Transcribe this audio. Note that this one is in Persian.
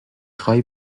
خوای